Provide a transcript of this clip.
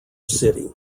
city